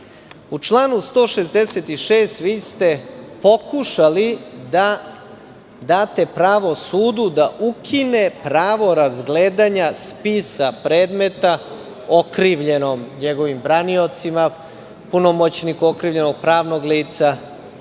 članu 166. vi ste pokušali da date pravo sudu da ukine pravo razgledanja spisa predmeta okrivljenom, njegovim braniocima, punomoćniku okrivljenog pravnog lica